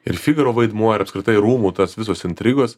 ir figaro vaidmuoir apskritai rūmų tas visos intrigos